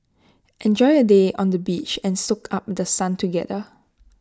enjoy A day on the beach and soak up The Sun together